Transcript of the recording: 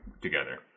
together